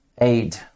aid